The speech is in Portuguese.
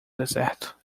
deserto